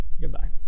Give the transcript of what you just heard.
Goodbye